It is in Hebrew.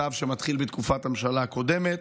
המצב התחיל בתקופת הממשלה הקודמת.